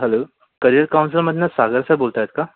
hello career कौन्सिलमधून Sagar sir बोलत आहेत का